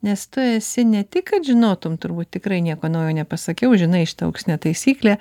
nes tu esi ne tik kad žinotum turbūt tikrai nieko naujo nepasakiau žinai šitą auksinę taisyklę